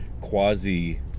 quasi